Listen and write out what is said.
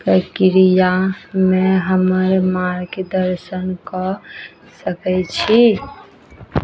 प्रक्रियामे हमर मार्गदर्शन कऽ सकै छी